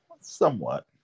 somewhat